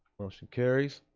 motion carries.